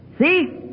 See